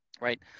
right